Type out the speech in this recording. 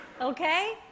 Okay